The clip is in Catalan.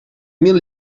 mil